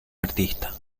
artista